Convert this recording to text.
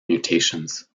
mutations